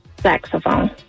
Saxophone